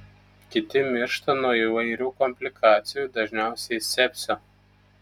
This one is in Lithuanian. kiti miršta nuo įvairių komplikacijų dažniausiai sepsio